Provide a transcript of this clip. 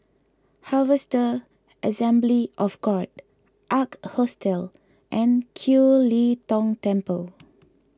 Harvester Assembly of God Ark Hostel and Kiew Lee Tong Temple